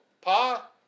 Pa